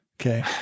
Okay